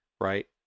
right